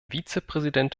vizepräsident